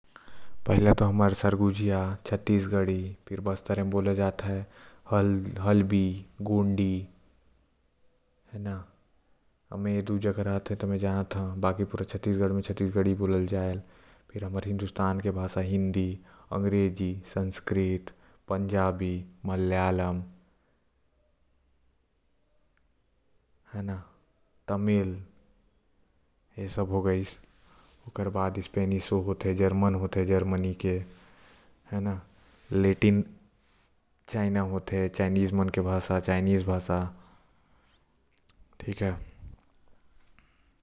पहले त हमर सरगुजिओ छत्तीसगढ़ फिर बस्तर म बोले जाते हलबी गुंडी अब ए दो जगह रहे हो मोला आएल पर छत्तीसगढ़ म बोले जाते छत्तीसगढ़ के प्रमुख भाषा छत्तीसगढ़ी। फिर हमर हिन्दुस्तान के भाषा हिंदी आऊ अंग्रेजी आऊ संस्कृत आऊ पंजाबी आऊ तेलेगु आऊ तमिल आऊ मराठी आऊ गुजराती आऊ भोजपुरी आऊ भागेलखंडी।